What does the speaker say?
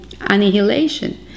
annihilation